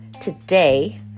Today